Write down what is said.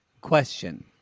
Question